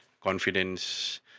confidence